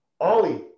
Ollie